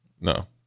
No